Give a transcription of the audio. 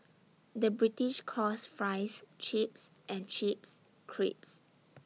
the British calls Fries Chips and Chips Crisps